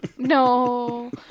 No